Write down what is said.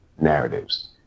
narratives